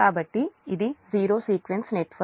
కాబట్టి ఇది zero sequence network